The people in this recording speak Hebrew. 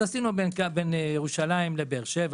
אז עשינו קו כזה בין ירושלים לבאר שבע